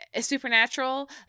supernatural